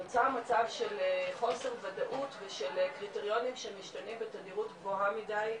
נוצר מצב של חוסר ודאות ושל קריטריונים שמשתנים בתדירות גבוהה מידיי.